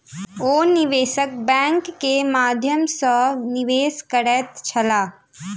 ओ निवेशक बैंक के माध्यम सॅ निवेश करैत छलाह